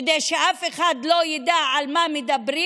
כדי שאף אחד לא ידע על מה מדברים,